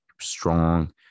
strong